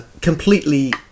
completely